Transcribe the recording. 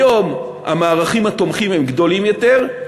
היום המערכים התומכים הם גדולים יותר,